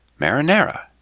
marinara